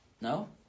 No